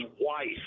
wife